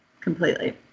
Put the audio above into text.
Completely